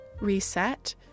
reset